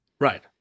Right